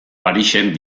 parisen